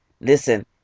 Listen